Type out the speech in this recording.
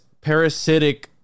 parasitic